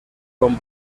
con